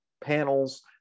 panels